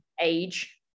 age